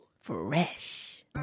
Fresh